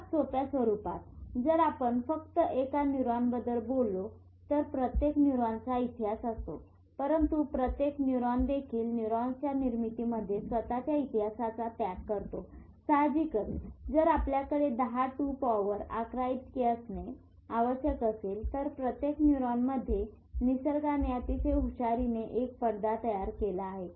सर्वात सोप्या स्वरूपात जर आपण फक्त एका न्यूरॉनबद्दल बोललो तर प्रत्येक न्यूरॉनचा इतिहास असतो परंतु प्रत्येक न्यूरॉन देखील न्यूरॉन्सच्या निर्मितीमध्ये स्वतःच्या इतिहासाचा त्याग करतो साहजिकच जर आपल्याकडे 10 टू पॉवर 11 इतके असणे आवश्यक असेल तर प्रत्येक न्यूरॉनमध्ये निसर्गाने अतिशय हुशारीने एक पडदा तयार केला आहे